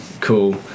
cool